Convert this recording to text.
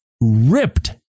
ripped